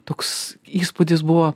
toks įspūdis buvo